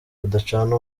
badacana